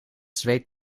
zweet